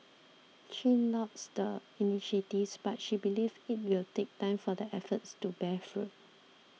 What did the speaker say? Chin lauds the initiatives but she believes it will take time for the efforts to bear fruit